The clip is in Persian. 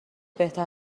بهتر